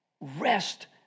Rest